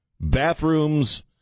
Bathrooms